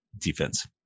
defense